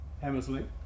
Hammersley